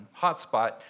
hotspot